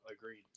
Agreed